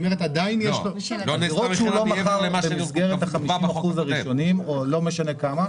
ככל שהוא לא מכר במסגרת 50 האחוזים הראשוניים או לא משנה כמה,